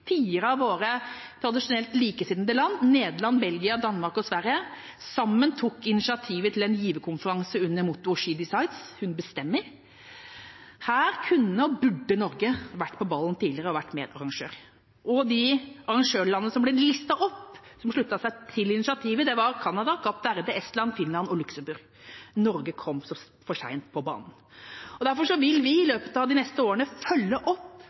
fire av våre tradisjonelt likesinnede land, Nederland, Belgia, Danmark og Sverige, sammen tok initiativ til en giverkonferanse under mottoet «She Decides», «hun bestemmer». Her kunne og burde Norge vært på ballen tidligere og vært medarrangør. De arrangørlandene som ble listet opp, og som sluttet seg til initiativet, var Canada, Kapp Verde, Estland, Finland og Luxembourg. Norge kom for sent på banen. Derfor vil vi i løpet av de neste årene følge opp